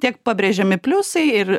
tiek pabrėžiami pliusai ir